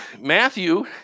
Matthew